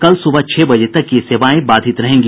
कल सुबह छह बजे तक ये सेवाएं बाधित रहेंगी